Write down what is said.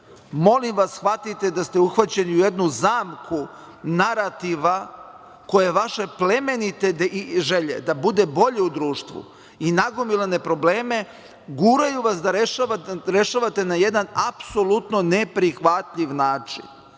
vas shvatite da ste uhvaćeni u jednu zamku narativa koje vaše plemenite želje da bude bolje u društvu i nagomilane probleme guraju vas da rešavate na jedan apsolutno neprihvatljiv način